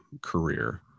career